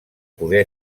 poder